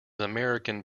american